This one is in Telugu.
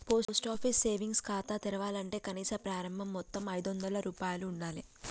పోస్ట్ ఆఫీస్ సేవింగ్స్ ఖాతా తెరవాలంటే కనీస ప్రారంభ మొత్తం ఐదొందల రూపాయలు ఉండాలె